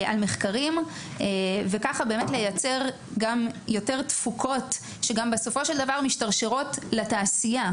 ככה לייצר יותר תפוקות שבסופו של דבר גם משתרשרות לתעשייה,